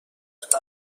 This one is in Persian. فضا